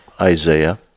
Isaiah